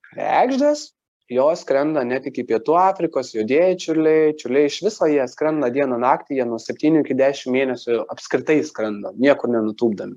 kregždės jos skrenda net iki pietų afrikos juodieji čiurliai čiurliai iš viso jie skrenda dieną naktį jie nuo septynių iki dešim mėnesių apskritai skrenda niekur nenutūpdami